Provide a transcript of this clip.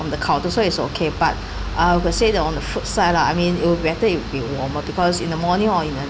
from the counter so is okay but I will say that on the food side lah I mean it will be better if bit warmer because in the morning or in the